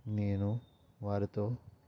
నేను వారితో